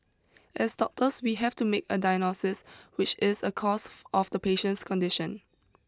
as doctors we have to make a diagnosis which is a cause of the patient's condition